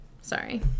Sorry